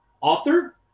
author